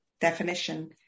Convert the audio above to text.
definition